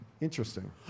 Interesting